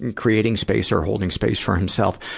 and creating space or holding space for himself,